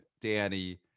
danny